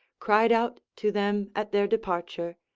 cried out to them at their departure,